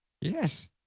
Yes